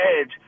edge